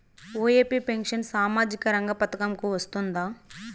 OAP pension సామాజిక రంగ పథకం కు వస్తుందా?